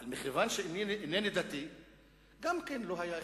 אבל מכיוון שאינני דתי גם כן לא היה אכפת.